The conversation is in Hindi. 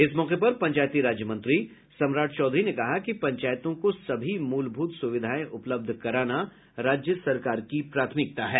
इस मौके पर पंचायती राज मंत्री सम्राट चौधरी ने कहा कि पंचायतों को सभी मूलभूत सुविधाएं उपलब्ध कराना राज्य सरकार की प्राथमिकता है